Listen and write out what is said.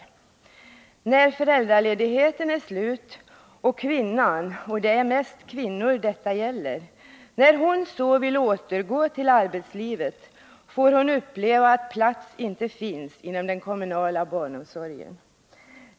När föräldraledigheten är slut och kvinnan — det är mest kvinnor detta gäller — vill återgå till arbetslivet, får hon uppleva att plats inte finns inom den kommunala barnomsorgen.